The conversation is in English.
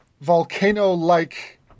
volcano-like